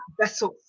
vessels